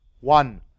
One